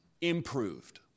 Improved